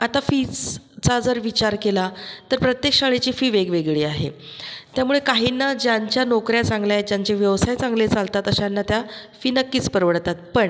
आता फीसचा जर विचार केला तर प्रत्येक शाळेची फी वेगवेगळी आहे त्यामुळे काहींना ज्यांच्या नोकऱ्या चांगल्या आहेत ज्यांचे व्यवसाय चांगले चालतात अशांना त्या फी नक्कीच परवडतात पण